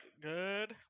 good